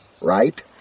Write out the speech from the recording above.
Right